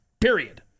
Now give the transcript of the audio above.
Period